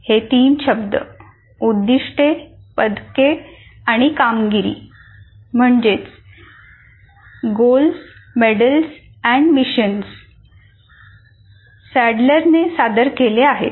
हे तीन शब्द उद्दिष्टे पदके आणि कामगिरी सॅडलरने सादर केले आहेत